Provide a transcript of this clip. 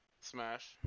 Smash